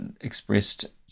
expressed